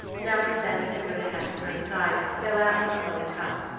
now and then siguna had to turn aside to spill out the flowing cup,